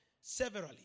severally